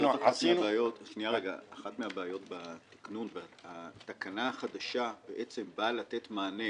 אחת מהבעיות בתיקנון, והתקנה החדשה באה לתת מענה